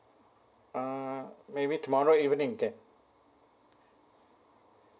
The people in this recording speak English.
uh maybe tomorrow evening can